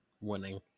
winning